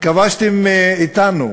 כבשתם מאתנו.